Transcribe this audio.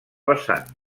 vessant